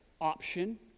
option